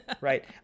Right